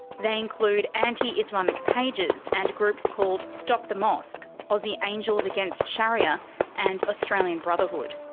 they include anti-islamic pages and groups called stop the mosque, aussie angels against sharia and australian brotherhood.